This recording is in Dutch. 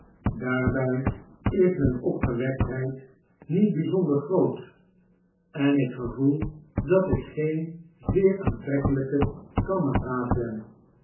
daarbij is mp opgewektheid niet bijzonder groot en ik gevoel dat ik geen zeer aantrekkelp kameraad ben